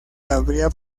habría